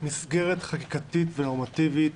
מסגרת חקיקתית ונורמטיבית,